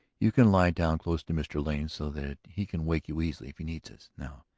you can lie down close to mr. lane so that he can wake you easily if he needs us. now,